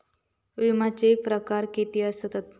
विमाचे प्रकार किती असतत?